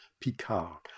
Picard